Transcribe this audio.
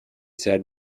said